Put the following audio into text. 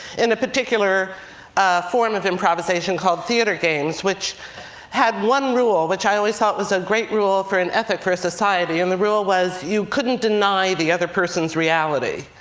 in a particular form of improvisation called theater games, which had one rule, which i always thought was a great rule for an ethic for a society. and the rule was, you couldn't deny the other person's reality,